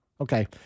Okay